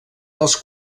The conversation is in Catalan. dels